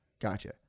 Gotcha